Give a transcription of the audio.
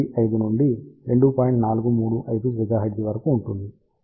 435 GHz వరకు ఉంటుంది ఇది 40 MHz కు సమానం